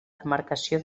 demarcació